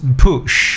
push